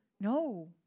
No